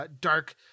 dark